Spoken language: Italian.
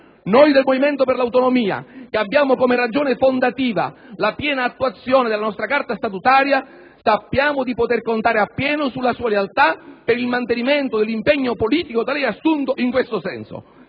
Noi del Movimento per l'Autonomia, che abbiamo come ragione fondativa la piena attuazione della nostra Carta statutaria, sappiamo di poter contare appieno sulla sua lealtà per il mantenimento dell'impegno politico da lei assunto in questo senso.